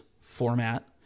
format